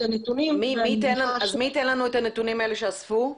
הנתונים ואני --- אז מי ייתן לנו את הנתונים שאספו?